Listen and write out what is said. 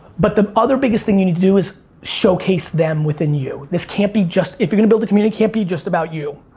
but the other biggest thing you had to do is showcase them within you. this can't be just, if you're gonna build a community, can't be just about you.